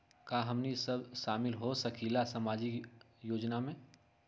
का हमनी साब शामिल होसकीला सामाजिक योजना मे?